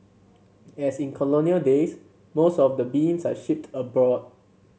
as in colonial days most of the beans are shipped abroad